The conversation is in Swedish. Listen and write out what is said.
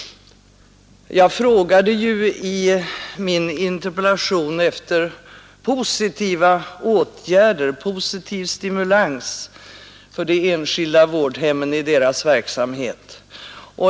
Jag frågade ju i min interpellation efter positiva åtgärder, positiv stimulans för de enskilda vårdhemmen i deras verksamhet.